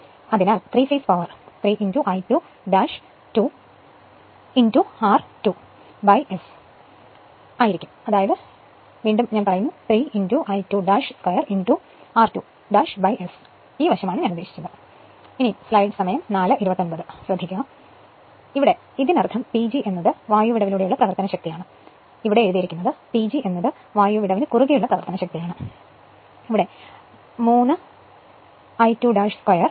അതിനാൽ 3 phase power 3 I2 2 r2 S ആയിരിക്കും ഞാൻ ഉദ്ദേശിച്ചത് ഈ വശമാണ് അങ്ങനെ ഇതിനർത്ഥം PG എന്നത് വായു വിടവിലൂടെയുള്ള പ്രവർത്തനശക്തിയാണ് ഇവിടെ എഴുതിയിരിക്കുന്നത് PG എന്നത് വായു വിടവിന് കുറുകെയുള്ള പ്രവർത്തനശക്തിയാണ് ഈ 3 I2 2 r2'